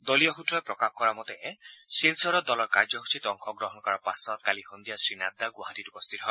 দলীয় সূত্ৰই প্ৰকাশ কৰা মতে শিলচৰত দলৰ কাৰ্যসূচীত অংশগ্ৰহণ কৰাৰ পাছত কালি সন্ধিয়া শ্ৰীনাড্ডা গুৱাহাটীত উপস্থিত হয়